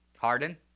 Harden